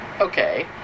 okay